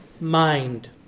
mind